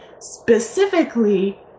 specifically